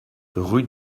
rue